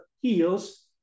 heals